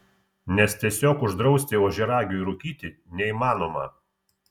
nes tiesiog uždrausti ožiaragiui rūkyti neįmanoma